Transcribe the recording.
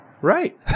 Right